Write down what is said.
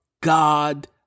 God